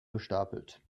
gestapelt